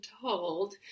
told